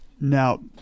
now